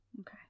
Okay